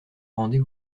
rendez